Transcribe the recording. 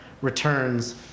returns